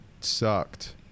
sucked